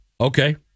Okay